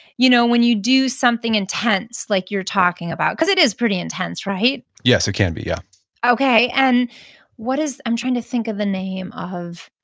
you know when you do something intense like you're talking about, because it is pretty intense, right? yes, it can be, yeah okay. and what is, i'm trying to think of the name of,